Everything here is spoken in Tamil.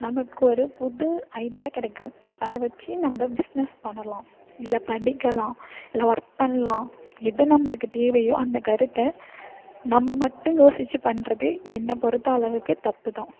நமக்கு ஒரு புது ஐடியா கிடைக்கும் அதை வச்சு நம்ம பிஸ்னஸ் பண்ணலாம் இல்லை படிக்கலாம் இல்லை ஒர்க் பண்ணலாம் எது நம்மளுக்கு தேவையோ அந்த கருத்தை நம்ம மட்டும் யோசித்து பண்றது என்னை பொறுத்த அளவுக்கு தப்புதான்